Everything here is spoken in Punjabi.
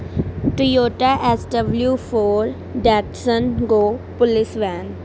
Toyota S W four Datsun Go police van